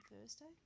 Thursday